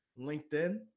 LinkedIn